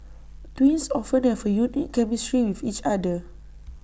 twins often have A unique chemistry with each other